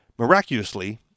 Miraculously